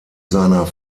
seiner